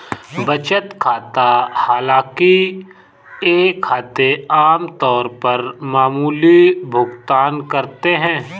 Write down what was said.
बचत खाता हालांकि ये खाते आम तौर पर मामूली भुगतान करते है